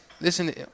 listen